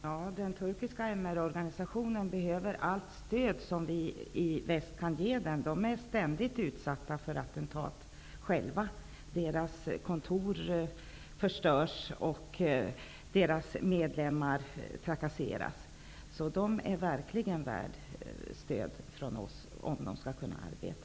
Herr talman! Den turkiska MR-organisationen behöver allt stöd som vi i väst kan ge den. Den är ständigt utsatt för attentat. Dess kontor förstörs och dess medlemmar trakasseras. Organisationen behöver verkligen vårt stöd om den skall kunna arbeta.